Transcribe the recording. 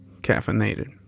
caffeinated